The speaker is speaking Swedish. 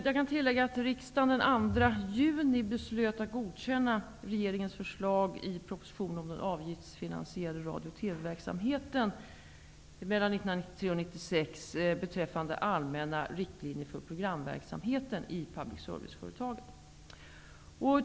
Jag kan tillägga att riksdagen den 2 juni 1992 verksamheten 1993--1996 m.m. beträffande allmänna riktlinjer för programverksamheten i public service-företagen.